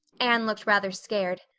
anne looked rather scared.